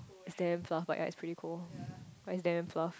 is damn floss but ya it's pretty cool but it's damn floss